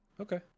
Okay